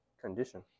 condition